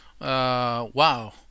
wow